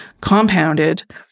compounded